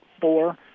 four